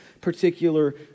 particular